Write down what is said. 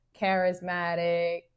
charismatic